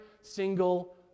single